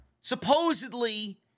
supposedly